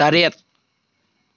ꯇꯔꯦꯠ